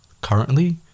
currently